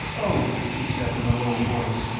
oh, she said in a low voice,